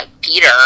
Peter